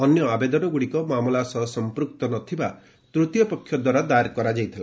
ଅନ୍ୟ ଆବେଦନଗୁଡ଼ିକ ମାମଲା ସହ ସମ୍ପୃକ୍ତ ନଥିବା ତୃତୀୟ ପକ୍ଷ ଦ୍ୱାରା ଦାଏର କରାଯାଇଥିଲା